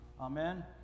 Amen